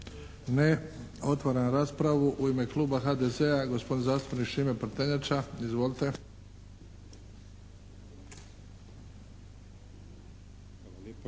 Ne. Otvaram raspravu. U ime kluba HDZ-a, gospodin zastupnik Šime Prtenjača. Izvolite. **Prtenjača,